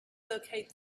locate